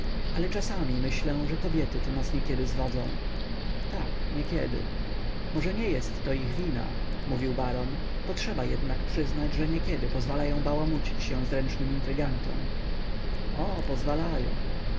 ale czasami myślę że kobiety to nas niekiedy zwodzą tak niekiedy może nie jestto ich wina mówił baron potrzeba jednak przyznać że niekiedy pozwalają bałamucić się zręcznym intrygantom o pozwalają